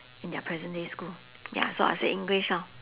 in their present day school ya so I'd said english lor